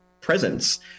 presence